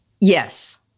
Yes